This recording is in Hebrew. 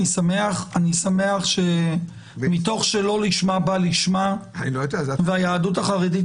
אני שמח שמתוך שלא לשמה בא לשמה והיהדות החרדית